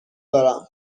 دارم